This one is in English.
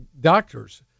doctors